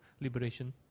liberation